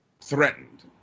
threatened